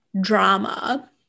drama